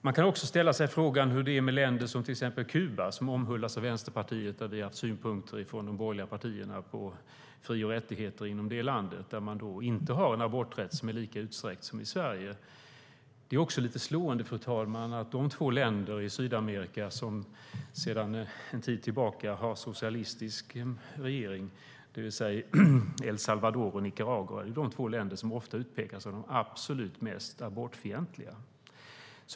Man kan också ställa sig frågan hur det är med länder som till exempel Kuba, som omhuldas av Vänsterpartiet, och deras synpunkter på fri och rättigheter inom det landet. Där är aborträtten inte lika utsträckt som den är i Sverige. Det är också lite slående, fru talman, att de två länder i Sydamerika som sedan en tid tillbaka har socialistiska regeringar, det vill säga El Salvador och Nicaragua, är de två länder som ofta utpekas som de absolut mest abortfientliga.